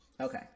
Okay